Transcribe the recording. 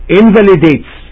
invalidates